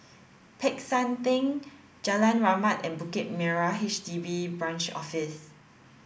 Peck San Theng Jalan Rahmat and Bukit Merah H D B Branch Office